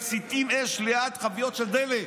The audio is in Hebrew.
מציתים אש ליד חביות של דלק.